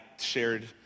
shared